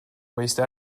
waste